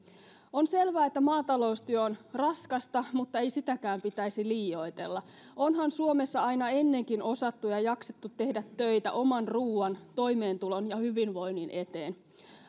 on selvää että maataloustyö on raskasta mutta ei sitäkään pitäisi liioitella onhan suomessa aina ennenkin osattu ja jaksettu tehdä töitä oman ruoan toimeentulon ja hyvinvoinnin eteen